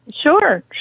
Sure